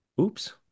Oops